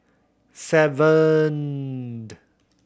seven the